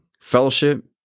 fellowship